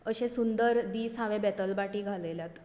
अशे सुंदर दीस हांवे बेतलबाटी घालयल्यात